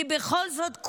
כי בכל זאת,